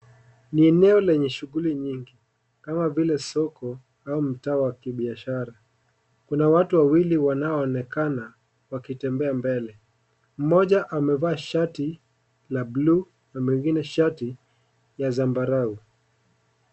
Ni eneo lenye shughuli nyingi kama vile soko ama mtaa wa kibiashara kuna watu wawili wanaonekana wakitembea mbele mmoja amevaa shati la bluu na mwingine shati ya zambarau.